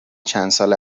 چندسال